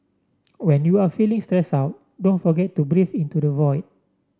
when you are feeling stress out don't forget to breathe into the void